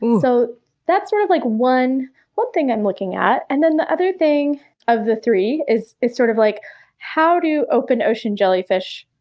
so that's sort of like one one thing i'm looking at. and then the other thing of the three is is sort of like how do open ocean jellyfish,